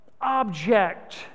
object